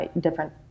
different